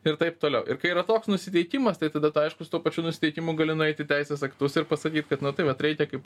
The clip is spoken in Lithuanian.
ir taip toliau ir kai yra toks nusiteikimas tai tada tai aišku su tuo pačiu nusiteikimu gali nueit į teisės aktus ir pasakyt kad nu tai vat reikia kaip